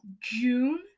June